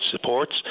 supports